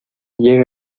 llega